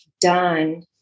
done